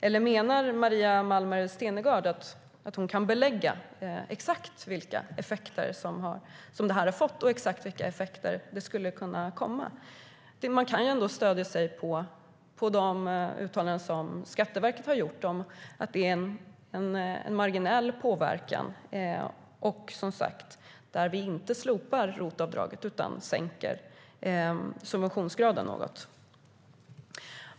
Eller menar Maria Malmer Stenergard att hon kan belägga exakt vilka effekter som det här har fått och exakt vilka effekter som skulle kunna komma? Man kan ändå stödja sig på de uttalanden som Skatteverket har gjort om att det är en marginell påverkan. Dessutom slopar vi som sagt inte ROT-avdraget, utan vi sänker subventionsgraden något.